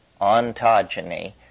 ontogeny